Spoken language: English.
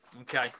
Okay